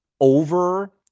over